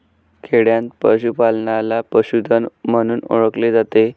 खेडयांत पशूपालनाला पशुधन म्हणून ओळखले जाते